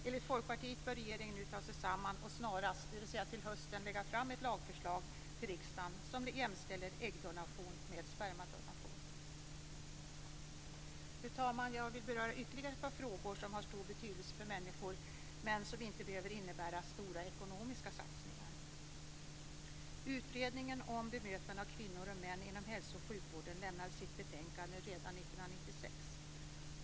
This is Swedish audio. Enligt Folkpartiet bör regeringen nu ta sig samman och snarast, dvs. till hösten, lägga fram en lagförslag till riksdagen som jämställer äggdonation med spermadonation. Fru talman! Jag vill beröra ytterligare ett par frågor som har stor betydelse för människor men som inte behöver innebära stora ekonomiska satsningar. Utredningen om bemötande av kvinnor och män inom hälso och sjukvården lämnade sitt betänkande redan 1996.